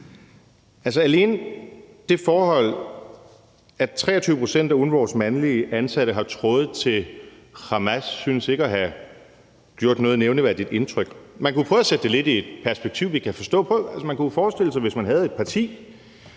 æbler? Alene det forhold, at 23 pct. af UNRWA's mandlige ansatte har tråde til Hamas, synes ikke at have gjort noget nævneværdigt indtryk. Man kunne prøve at sætte det lidt i et perspektiv. Man kunne forestille sig, at hvis man havde et parti,